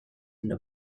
into